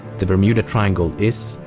the bermuda triangle is,